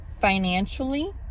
financially